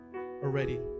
already